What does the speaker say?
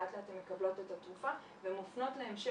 לאט לאט הן מקבלות את התרופה ומופנות להמשך